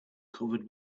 covered